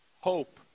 Hope